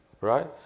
right